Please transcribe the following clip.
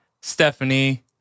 Stephanie